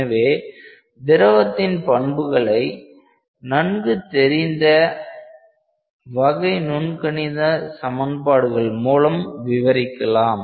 எனவே திரவத்தின் பண்புகளை நன்கு தெரிந்த வகை நுண்கணிதம் சமன்பாடுகள் மூலம் விவரிக்கலாம்